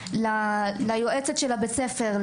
ליועצת של בית הספר,